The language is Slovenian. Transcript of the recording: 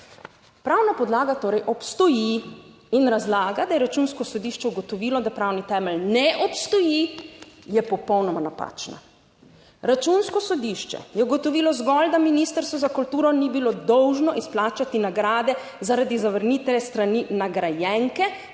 Pravna podlaga torej obstoji in razlaga, da je Računsko sodišče ugotovilo, da pravni temelj ne obstoji, je popolnoma napačna. Računsko sodišče je ugotovilo zgolj, da Ministrstvo za kulturo ni bilo dolžno izplačati nagrade zaradi zavrnitve s strani nagrajenke,